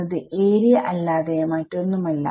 എന്നത് ഏരിയ അല്ലാതെ മറ്റൊന്നുമല്ല